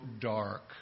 dark